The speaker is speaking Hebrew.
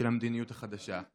המדיניות החדשה.